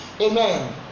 Amen